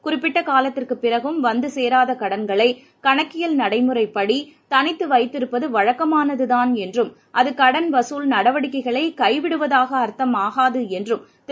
குறிப்பிட்ட காலத்திற்கு பிறகும் வந்து சேராத கடன்களை கணக்கியல் நடைமுறைப்படி தனித்து வைத்திருப்பதுவழக்கமானதுதான் என்றும் அது கடன் வசூல் நடவடிக்கைகளை கைவிடுவதாகஅர்த்தம் ஆகாது என்றும் திரு